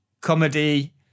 comedy